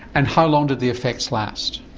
and how long did the effects last?